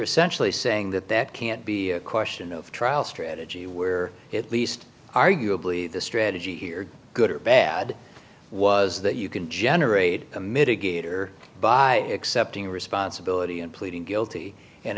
essentially saying that that can't be a question of trial strategy where at least arguably the strategy here good or bad was that you can generate a mitigator by accepting responsibility and pleading guilty